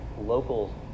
local